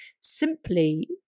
simply